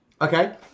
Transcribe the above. Okay